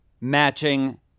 matching